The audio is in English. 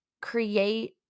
create